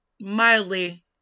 mildly